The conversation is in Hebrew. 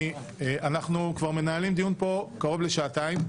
אנחנו כבר מנהלים דיון פה קרוב לשעתיים.